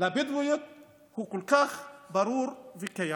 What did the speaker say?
לבדואיות הוא כל כך ברור וקיים.